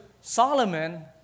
Solomon